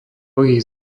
ich